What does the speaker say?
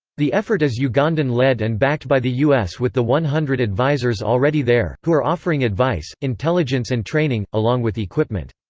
the effort is ugandan-led and backed by the u s. with the one hundred advisers already there, who are offering advice, intelligence and training, along with equipment.